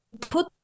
put